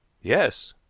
yes,